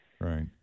Right